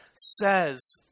says